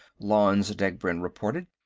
lanze degbrend reported.